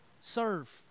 Serve